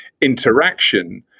interaction